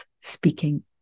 speaking